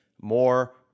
more